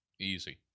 Easy